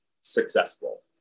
successful